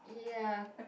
ya